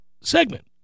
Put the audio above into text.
segment